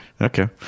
Okay